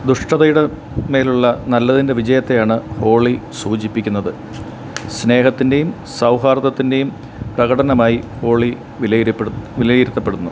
ദുഷ്ടതയുടെ മേലുള്ള നല്ലതിൻ്റെ വിജയത്തെയാണ് ഹോളി സൂചിപ്പിക്കുന്നത് സ്നേഹത്തിൻ്റെയും സൗഹാർദ്ദത്തിൻ്റെയും പ്രകടനമായി വിലയിരുത്തപ്പെടുന്നു വിലയിരുത്തപ്പെടുന്നു